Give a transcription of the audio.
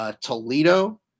Toledo